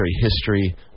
history